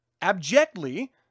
abjectly